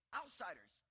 outsiders